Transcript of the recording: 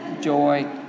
joy